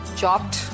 chopped